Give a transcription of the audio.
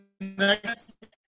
next